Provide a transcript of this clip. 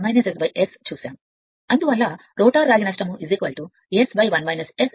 అందువల్ల రోటర్ రాగి నష్టం S S యాంత్రిక ఉత్పత్తి అవుతుంది